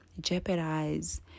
jeopardize